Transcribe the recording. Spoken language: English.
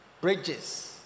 bridges